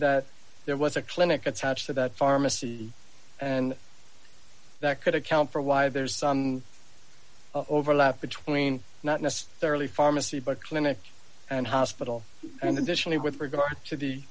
that there was a clinic attached to that pharmacy and that could account for why there's some overlap between not necessarily pharmacy but clinic and hospital and additionally with regard to